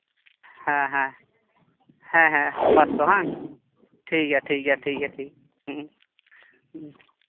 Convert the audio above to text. ᱦᱮᱸ ᱦᱮᱸ ᱦᱮᱸ ᱦᱮᱸ ᱯᱟᱸᱥᱥᱳ ᱵᱟᱝ ᱴᱷᱤᱠ ᱜᱮᱭᱟ ᱴᱷᱤᱠ ᱜᱮᱭᱟ ᱴᱷᱤᱠ ᱜᱮᱭᱟ ᱴᱷᱤᱠ ᱦᱮᱸ